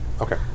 Okay